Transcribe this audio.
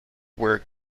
were